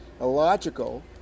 illogical